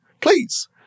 please